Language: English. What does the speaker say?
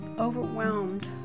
overwhelmed